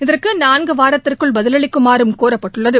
இதற்கு நான்கு வாரத்திற்குள் பதிலளிக்குமாறும் கோரப்பட்டுள்ளது